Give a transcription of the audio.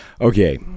Okay